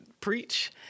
preach